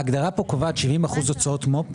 ההגדרה פה קובעת 70% הוצאות מו"פ,